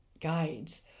guides